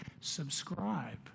subscribe